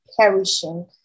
perishing